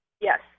Yes